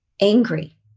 angry